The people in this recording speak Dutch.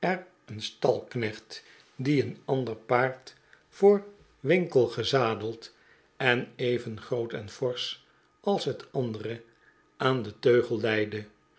een stalknecht die een ander paard voor winkle gezadeld en even groot en forsch als het andere aan den teugel leidde